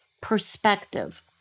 perspective